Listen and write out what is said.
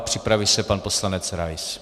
Připraví se pan poslanec Rais.